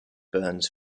burns